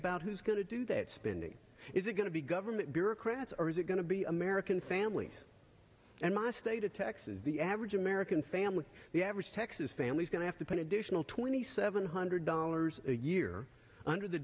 about who's going to do that spending is it going to be government bureaucrats or is it going to be american families and my state of texas the average american family the average texas family's going to have to put additional twenty seven hundred dollars a year under the